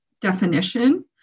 definition